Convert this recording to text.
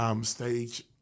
stage